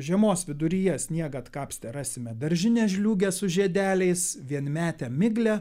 žiemos viduryje sniegą atkapstę rasime daržinę žliūgę su žiedeliais vienmetę miglę